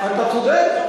אתה צודק.